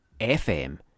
FM